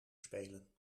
spelen